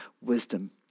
wisdom